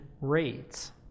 rates